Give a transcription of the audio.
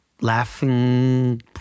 laughing